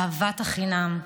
אהבת חינם,